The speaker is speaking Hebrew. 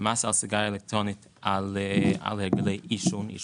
מס על סיגריה אלקטרונית על הרגלי עישון טבק,